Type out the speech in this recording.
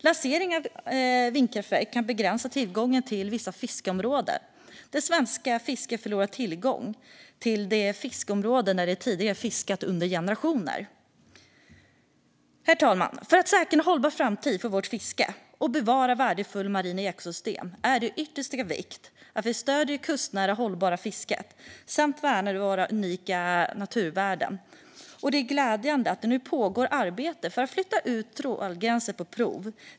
Lanseringen av vindkraftverk kan begränsa tillgången till vissa fiskeområden och till att svenska fiskare förlorar tillgång till de fiskeområden där de fiskat i generationer. Herr talman! För att säkra en hållbar framtid för vårt fiske och bevara värdefulla marina ekosystem är det av yttersta vikt att vi stöder det kustnära och hållbara fisket samt värnar om våra unika naturvärden. Det är glädjande att det nu pågår arbete för att flytta ut trålgränsen på prov.